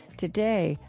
today,